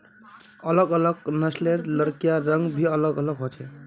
अलग अलग नस्लेर लकड़िर रंग भी अलग ह छे